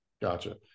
Gotcha